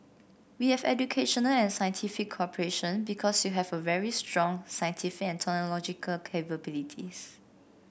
we have educational and scientific cooperation because you have very strong scientific and technological capabilities